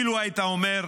אילו היית אומר: